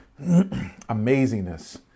amazingness